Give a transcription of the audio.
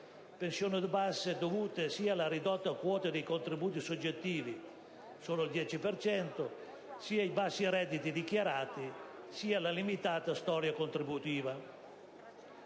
Pensioni basse dovute sia alla ridotta quota dei contributi soggettivi (solo il 10 per cento), sia ai bassi redditi dichiarati, sia alla limitata storia contributiva.